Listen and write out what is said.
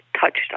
touched